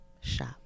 Shop